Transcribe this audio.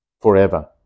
forever